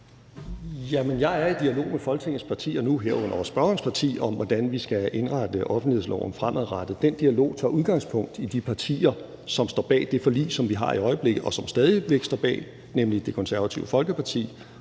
jeg er i dialog med Folketingets partier nu, herunder også spørgerens parti, om, hvordan vi skal indrette offentlighedsloven fremadrettet. Den dialog tager udgangspunkt i de partier, som står bag det forlig, vi har i øjeblikket, og som stadig væk står bag, nemlig Det Konservative Folkeparti